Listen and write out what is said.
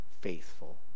faithful